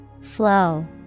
Flow